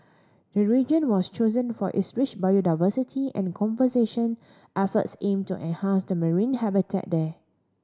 the region was chosen for its rich biodiversity and conservation efforts aim to enhance to marine habitat there